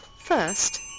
First